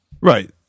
right